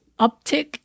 uptick